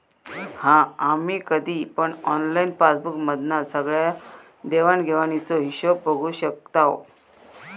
हा आम्ही कधी पण ऑनलाईन पासबुक मधना सगळ्या देवाण घेवाणीचो हिशोब बघू शकताव